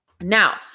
Now